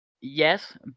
yes